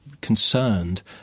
concerned